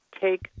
take